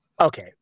Okay